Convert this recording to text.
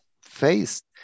faced